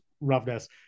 roughness